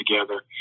together